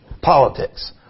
politics